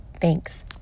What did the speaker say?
thanks